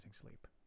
sleep